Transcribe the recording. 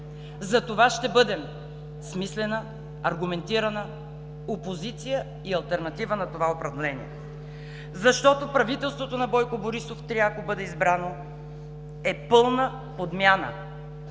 Затова ще бъдем смислена, аргументирана опозиция и алтернатива на това управление. Защото правителството на Бойко Борисов, ако бъде избрано, е пълна подмяна.